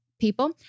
people